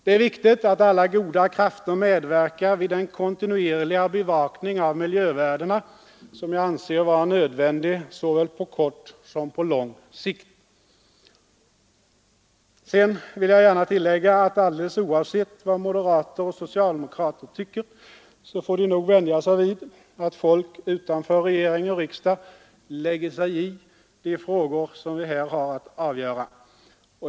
Det är viktigt att alla goda krafter medverkar i den kontinuerliga bevakning av miljövärdena som jag anser vara nödvändig såväl på kort som på lång sikt. Sedan vill jag gärna tillägga att alldeles oavsett vad socialdemokrater och moderater tycker får de nog vänja sig vid att folk utanför regering och riksdag lägger sig i de frågor som vi här har att avgöra.